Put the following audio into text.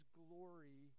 glory